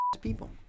people